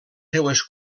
seues